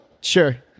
sure